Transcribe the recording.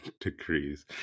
degrees